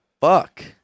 Fuck